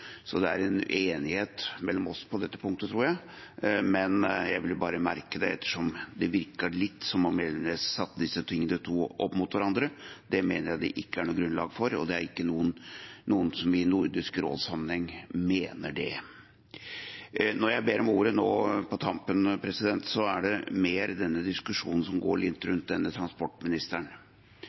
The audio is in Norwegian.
Det er en enighet mellom oss på dette punktet, tror jeg, men jeg ville bare bemerke det ettersom det virket litt som om Elvenes satte disse to opp mot hverandre. Det mener jeg det ikke er noe grunnlag for, og det er ikke noen som i Nordisk råd-sammenheng mener det. Når jeg ber om ordet nå på tampen, gjelder det mer diskusjonen som går rundt denne transportministeren.